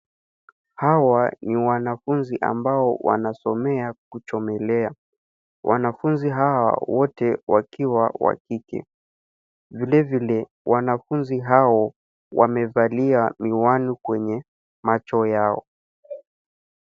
Hawa ni wanafunzi ambao wanasomea kuchomelea. Wanafunzi hao wote wakiwa wakike. Vile vile wanafunzi hao wamevalia miwani kwenye macho yao.